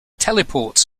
teleports